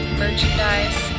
merchandise